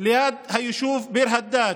ליד היישוב ביר הדאג'.